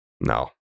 No